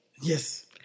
Yes